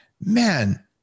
man